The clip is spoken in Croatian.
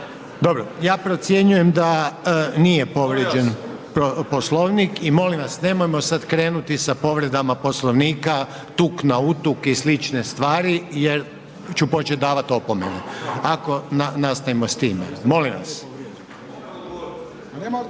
Dobro, ja procjenjujem da nije povrijeđen Poslovnik i molim vas nemojmo sad krenuti sa povredama Poslovnika tuk na utuk i slične stvari jer ću počet davat opomene ako nastavimo s time. Molim vas.